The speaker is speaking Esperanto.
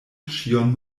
ĉion